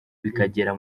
bikagera